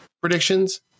predictions